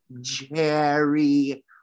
Jerry